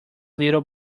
little